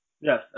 Yes